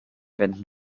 wänden